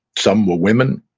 some were women.